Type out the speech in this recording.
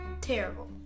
terrible